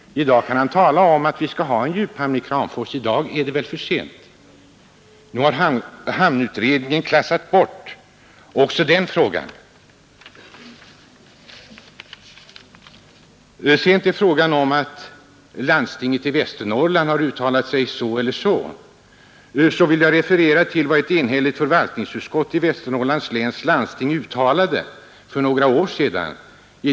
I dag kan han tala om att vi skall ha en djuphamn i Kramfors. Men i dag är det kanske för sent. Nu har hamnutredningen klassat bort också den saken. Vad sedan gäller frågan om landstinget i Västernorrland har uttalat sig så eller så vill jag referera till vad ett enhälligt förvaltningsutskott i Västernorrlands läns landsting uttalade för några år sedan.